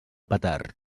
petard